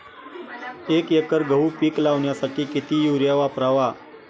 एक एकर गहू पीक लावण्यासाठी किती युरिया वापरावा?